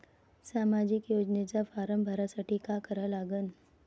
सामाजिक योजनेचा फारम भरासाठी का करा लागन?